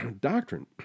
doctrine